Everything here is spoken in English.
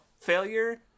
failure